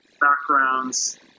backgrounds